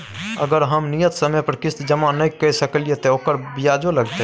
अगर हम नियत समय पर किस्त जमा नय के सकलिए त ओकर ब्याजो लगतै?